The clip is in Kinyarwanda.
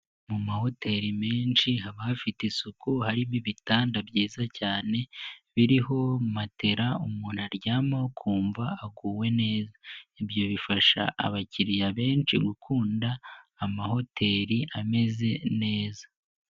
Mu mahoteri menshi haba hafite isuku harimo ibitanda byiza cyane biriho matera umuntu aryama ukumva aguwe neza, ibyo bifasha abakiriya benshi gukunda amahoteri ameze neza.